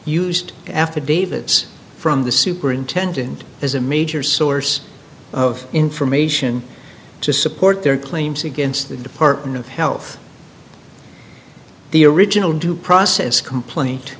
used affidavits from the superintendent as a major source of information to support their claims against the department of health the original due process complaint